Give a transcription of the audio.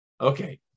Okay